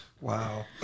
Wow